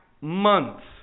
months